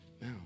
now